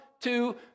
two